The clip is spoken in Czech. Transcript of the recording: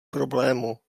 problému